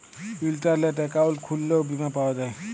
ইলটারলেট account খুইললেও বীমা পাউয়া যায়